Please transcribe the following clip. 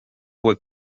were